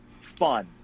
fun